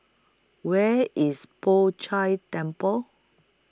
Where IS Poh Chai Temple